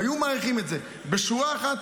אם הם היו מעריכים את זה בשורה אחת,